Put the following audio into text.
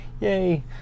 Yay